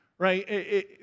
Right